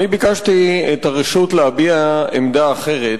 אני ביקשתי את הרשות להביע עמדה אחרת